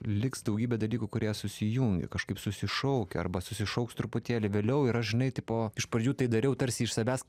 liks daugybė dalykų kurie susijungia kažkaip susišaukia arba susišauks truputėlį vėliau ir aš žinai tipo iš pradžių tai dariau tarsi iš savęs